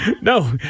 No